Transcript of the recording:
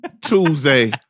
Tuesday